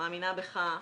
מאמינה בך,